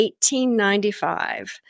1895